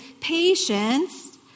patience